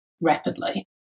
rapidly